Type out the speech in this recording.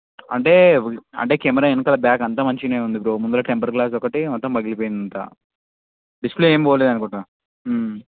అంటే అంటే కెమెరా వెనకాల బ్యాక్ అంతా మంచిగా ఉంది బ్రో ముందర టెంపర్డ్ గ్లాస్ ఒకటి మొత్తం పగిలిపోయింది అంతా డిస్ప్లే ఏమి పోలేదు అనుకుంటాను